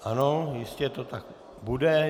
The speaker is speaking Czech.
Ano, jistě to tak bude.